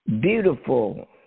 beautiful